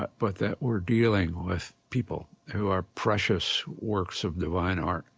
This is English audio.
but but that we're dealing with people who are precious works of divine art.